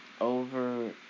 over